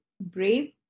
brave